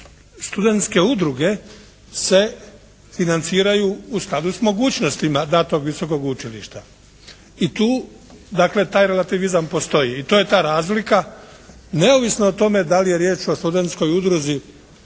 Studentske udruge se financiraju u skladu s mogućnosti datog visokog učilišta. I tu dakle taj relativizam postoji i to je ta razlika neovisno o tome da li je riječ o studentskoj udruzi,